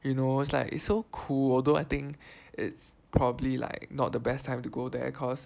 you know it's like it's so cool although I think it's probably like not the best time to go there because